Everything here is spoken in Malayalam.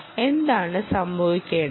എന്താണ് സംഭവിക്കേണ്ടത്